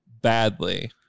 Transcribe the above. badly